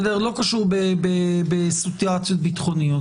לא קשור במצבים ביטחוניים